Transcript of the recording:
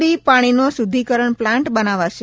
D પાણીનો શુદ્ધિકરણ plant બનાવાશે